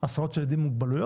הסעות של ילדים עם מוגבלויות,